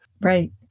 Right